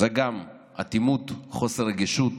זה גם אטימות, חוסר רגישות